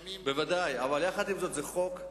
בוודאי, אבל עם זאת, זה חוק,